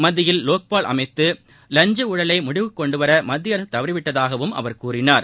மத்தியில் லோக்பால் அமைத்து லஞ்ச ஊழலை முடிவுக்கு கொண்டுவர மத்திய அரசு தவறிவிட்டதாகவும் அவர் கூறினார்